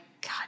God